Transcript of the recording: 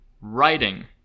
writing